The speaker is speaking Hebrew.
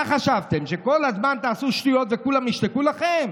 מה חשבתם, שכל הזמן תעשו שטויות וכולם ישתקו לכם?